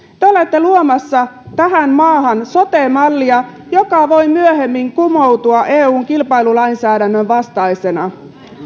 te olette luomassa tähän maahan sote mallia joka voi myöhemmin kumoutua eun kilpailulainsäädännön vastaisena